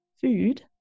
food